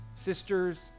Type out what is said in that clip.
sisters